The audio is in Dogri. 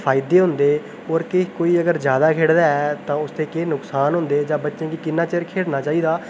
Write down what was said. के अगर कोई ज्यादा खेढदा ऐ ते उसदे केह् नुक्सान होंदे ते बच्चे गी किन्ना चिर खेढना चाहिदा